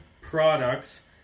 products